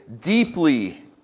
deeply